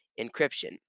encryption